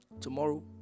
tomorrow